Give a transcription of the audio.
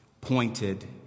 pointed